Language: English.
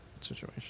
situation